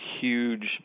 huge